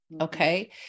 Okay